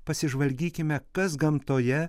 pasižvalgykime kas gamtoje